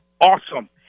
Awesome